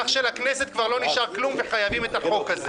כך שלכנסת כבר לא נשאר כלום וחייבים את החוק הזה".